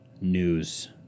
News